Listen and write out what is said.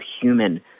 human